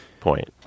point